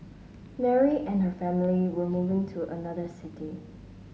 Mary and her family were moving to another city